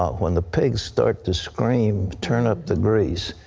when the pigs start to scream, turn up the grease.